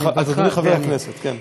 אדוני חבר הכנסת, כן.